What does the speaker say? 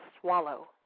swallow